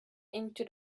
into